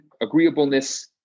agreeableness